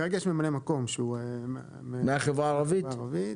כרגע יש ממלא מקום מן החברה הערבית.